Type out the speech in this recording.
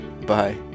Bye